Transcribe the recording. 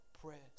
prayers